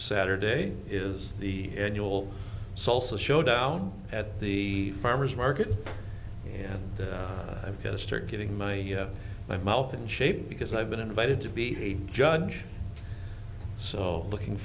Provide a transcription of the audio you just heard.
saturday is the annual salsa showdown at the farmer's market and i've got to start getting my my mouth in shape because i've been invited to be a judge so looking